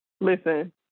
listen